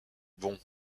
bon